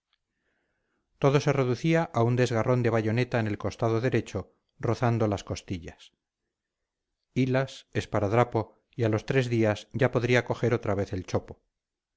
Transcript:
todo se reducía a un desgarrón de bayoneta en el costado derecho rozando las costillas hilas esparadrapo y a los tres días ya podía coger otra vez el chopo